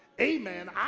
amen